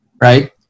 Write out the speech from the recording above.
right